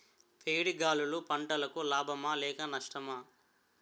వేడి గాలులు పంటలకు లాభమా లేక నష్టమా?